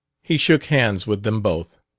he shook hands with them both.